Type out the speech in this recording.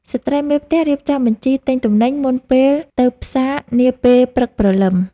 ស្ត្រីមេផ្ទះរៀបចំបញ្ជីទិញអីវ៉ាន់ មុនពេលទៅផ្សារនាពេលព្រឹកព្រលឹម។